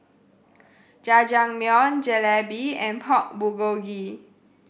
Jajangmyeon Jalebi and Pork Bulgogi